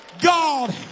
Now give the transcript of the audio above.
God